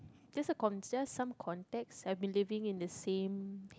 just a conses~ just some context I have been living in the same